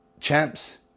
champs